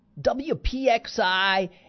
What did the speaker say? wpxi